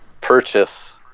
purchase